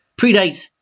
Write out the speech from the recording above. predates